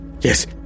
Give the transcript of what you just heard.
Yes